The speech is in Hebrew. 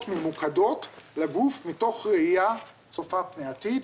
ממוקדות לגוף מתוך ראייה צופה פני עתיד.